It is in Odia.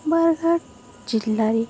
ବାଲଘାଟ ଜିଲ୍ଲାରେ